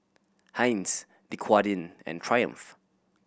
Heinz Dequadin and Triumph